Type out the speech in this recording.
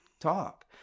talk